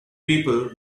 people